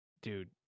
Dude